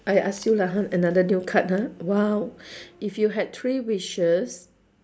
I ask you lah ha another deal card ha !wow! if you had three wishes